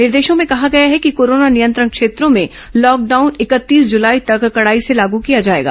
निर्देशों में कहा गया है कि कोरोना नियंत्रण क्षेत्रों में लॉकडाउन इकतीस जुलाई तक कड़ाई से लागू किया जाएगा